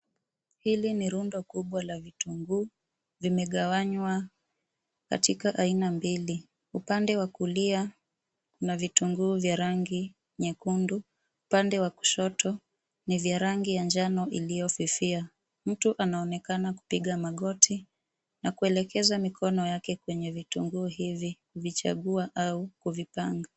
Hili ni rundo kubwa la vitunguu. Vimegawanywa katika aina mbili, upande wa kulia kuna vitunguu vya rangi nyekundu, upande wa kushoto ni vya rangi ya njano iliyofifia. Mtu anaonekana amepiga magoti na kuelekeza mikono yake kwenye vitunguu hivi, kuvichagua au kuvipanga.